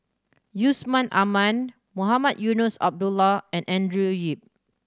Yusman Aman Mohamed Eunos Abdullah and Andrew Yip